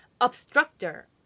Obstructor